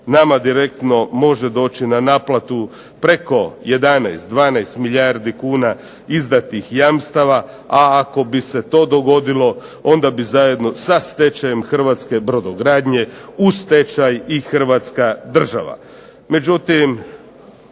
nama direktno može doći na naplatu preko 11, 12 milijardi kuna izdatih jamstava a ako bi se to dogodilo, onda bi se zajedno sa stečajom Hrvatske brodogradnje i u stečaj Hrvatska država.